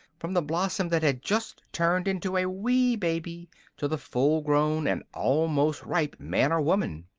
from the blossom that had just turned into a wee baby to the full-grown and almost ripe man or woman.